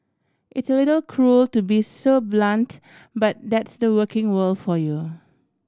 it's a little cruel to be so blunt but that's the working world for you